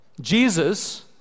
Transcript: Jesus